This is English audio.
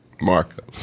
Mark